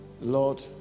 Lord